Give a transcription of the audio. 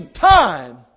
time